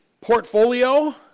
portfolio